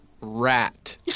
rat